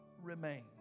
remain